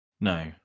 No